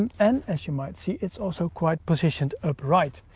and and, as you might see, it's also quite positioned upright.